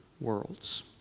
worlds